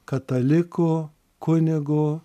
kataliku kunigu